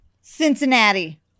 Cincinnati